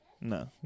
No